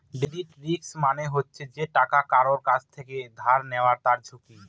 credit risk মানে হচ্ছে যে টাকা কারুর কাছ থেকে ধার নেয় তার ঝুঁকি